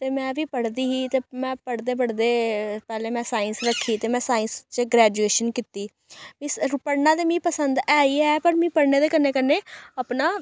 ते में बी पढ़दी ही ते में पढ़दे पढ़दे पैह्ले में साइंस रक्खी ते में साइंस च ग्रेजुऐशन कीती मी पढ़ना ते मी पसंद ऐ ही ऐ पर मी पढ़ने दे कन्नै कन्नै अपना